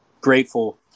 grateful